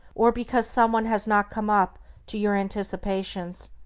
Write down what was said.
or because someone has not come up to your anticipations,